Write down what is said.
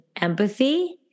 empathy